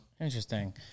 interesting